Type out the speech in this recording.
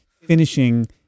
finishing